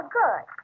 good